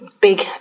big